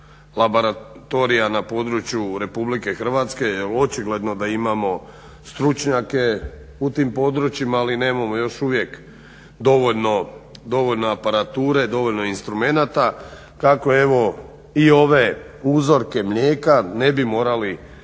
laboratorija na području RH jel očigledno da imamo stručnjake u tim područjima, ali nemamo još uvijek dovoljno aparature, dovoljno instrumenata kako, evo i ove uzorke mlijeka ne bi morali